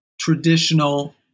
traditional